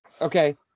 Okay